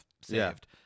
saved